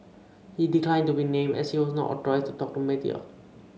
he declined to be named as he was not authorised to talk to the media